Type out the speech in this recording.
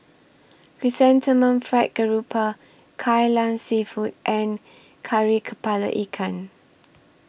Chrysanthemum Fried Garoupa Kai Lan Seafood and Kari Kepala Ikan